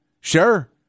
sure